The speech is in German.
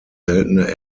seltene